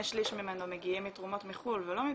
שליש ממנו מגיעים מתרומות מחו"ל ולא מפה,